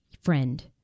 friend